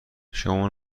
شما